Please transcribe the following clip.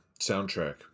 soundtrack